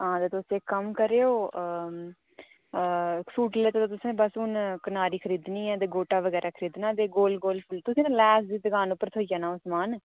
हां ते तुस इक कम्म करेओ सूट लेई लैते दा तुसें बस हून कनारी खरीदनी ऐ ते गोटा बगैरा खरीदना ते गोल गोल तुस ना लैस दी दुकान उप्पर थ्होई जाना ओह् समान